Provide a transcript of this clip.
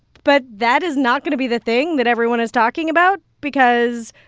but that is not going to be the thing that everyone is talking about because,